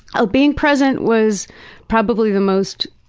ah being present was probably the most,